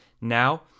now